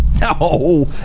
no